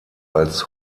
als